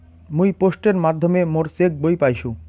মুই পোস্টের মাধ্যমে মোর চেক বই পাইসু